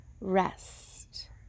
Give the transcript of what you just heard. rest